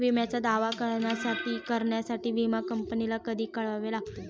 विम्याचा दावा करण्यासाठी विमा कंपनीला कधी कळवावे लागते?